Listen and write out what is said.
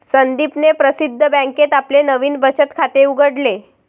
संदीपने प्रसिद्ध बँकेत आपले नवीन बचत खाते उघडले